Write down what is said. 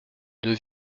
deux